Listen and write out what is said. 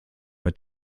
mit